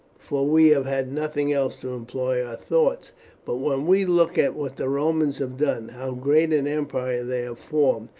for we have had nothing else to employ our thoughts but when we look at what the romans have done, how great an empire they have formed,